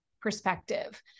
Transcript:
perspective